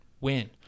win